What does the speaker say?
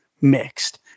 mixed